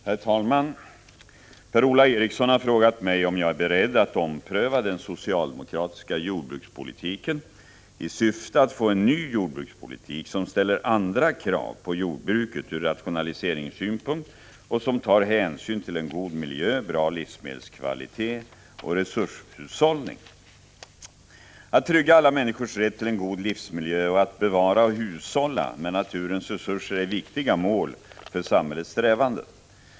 Herr talman! Per-Ola Eriksson har frågat mig om jag är beredd att ompröva den socialdemokratiska jordbrukspolitiken i syfte att få en ny jordbrukspolitik som ställer andra krav på jordbruket ur rationaliseringssynpunkt och som tar hänsyn till en god miljö, bra livsmedelskvalitet och resurshushållning. Att trygga alla människors rätt till en god livsmiljö och att bevara och hushålla med naturens resurser är viktiga mål för samhällets strävanden.